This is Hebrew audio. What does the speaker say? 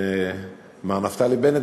מר נפתלי בנט,